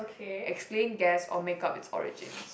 explain guess or make-up it's origins